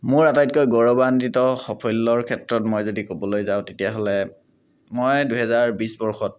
মোৰ আটাইতকৈ গৌৰৱান্বিত সাফল্যৰ ক্ষেত্ৰত মই যদি ক'বলৈ যাওঁ তেতিয়াহ'লে মই দুহেজাৰ বিছ বৰ্ষত